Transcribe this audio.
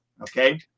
Okay